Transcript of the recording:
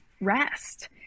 rest